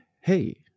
Hey